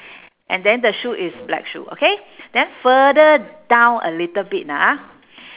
and then the shoe is black shoe okay then further down a little bit ah